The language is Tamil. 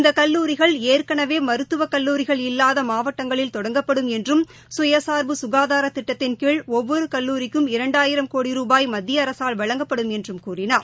இந்தகல்லூரிகள் ஏற்கனவேமருத்துவக் கல்லூரிகள் இல்லாதமாவட்டங்களில் தொடங்கப்படும் என்றும் கயசார்பு க்காதாரதிட்டத்தின் கீழ் ஒவ்வொருகல்லுரிக்கும் இரண்டாயிரம் கோடி ரூபாய் மத்தியஅரசால் வழங்கப்படும் என்றம் கூறினார்